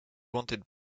wanted